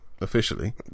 officially